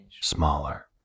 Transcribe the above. smaller